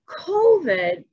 COVID